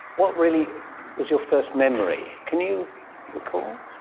what really was your first memory, can you recall?